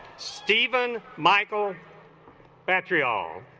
steven michael petrol